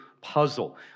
puzzle